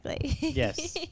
yes